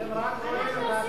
אתם רק רואים את הצ'קים.